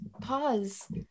pause